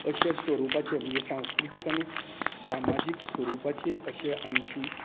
अशे स्वरूपाचें म्हणजे सांस्कृतीक आनी सामाजीक स्वरूपचे अशे आमचीं